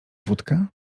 wódkę